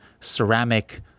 ceramic